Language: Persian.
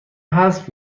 حذف